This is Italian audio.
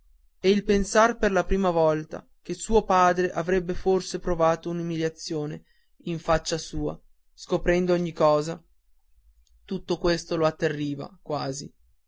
e il pensar per la prima volta che suo padre avrebbe forse provato un'umiliazione in faccia sua scoprendo ogni cosa tutto questo lo atterriva quasi